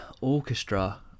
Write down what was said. Orchestra